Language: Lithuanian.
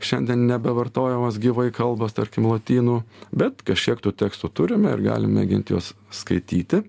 šiandien nebevartojamos gyvai kalbos tarkim lotynų bet kažkiek tų tekstų turime ir galim mėgint juos skaityti